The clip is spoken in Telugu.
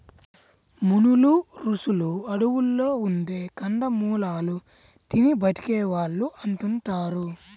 మునులు, రుషులు అడువుల్లో ఉండే కందమూలాలు తిని బతికే వాళ్ళు అంటుంటారు